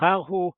שנבחר הוא פולקו,